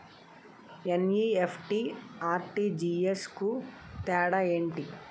NEFT, RTGS కు తేడా ఏంటి?